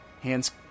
hands